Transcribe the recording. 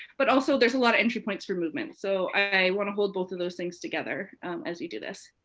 but also, there's a lot of entry points for movement. so i wanna hold both of those things together as you do this.